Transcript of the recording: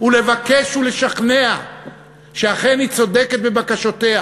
ולבקש ולשכנע שאכן היא צודקת בבקשותיה.